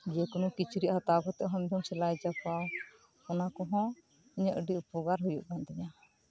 ᱡᱮ ᱠᱳᱱᱳ ᱠᱤᱪᱨᱤᱡ ᱦᱟᱛᱟᱣ ᱠᱟᱛᱮᱫ ᱦᱚᱸ ᱥᱮᱞᱟᱭ ᱪᱟᱯᱟᱣ ᱚᱱᱟᱠᱚᱦᱚᱸ ᱤᱧᱟᱹᱜ ᱟᱹᱰᱤ ᱩᱯᱚᱠᱟᱨ ᱦᱳᱭᱳᱜ ᱠᱟᱱᱛᱤᱧᱟᱹ